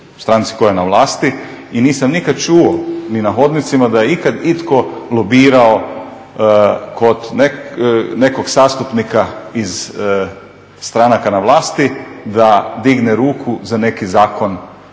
stranci koja je na vlasti i nisam nikada čuo ni na hodnicima da je ikad itko lobirao kod nekog zastupnika iz stranaka na vlasti da digne ruku za neki zakon